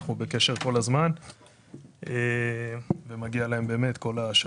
אנחנו בקשר כל הזמן ומגיע להם באמת כל השאפו.